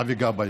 אבי גבאי.